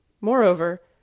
Moreover